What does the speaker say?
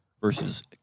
versus